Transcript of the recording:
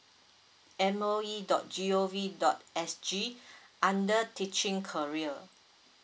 M O E dot G O V dot S G under teaching career